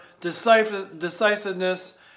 decisiveness